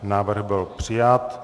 Návrh byl přijat.